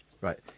Right